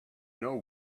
know